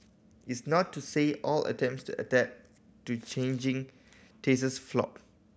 it's not to say all attempts to adapt to changing tastes flopped